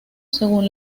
según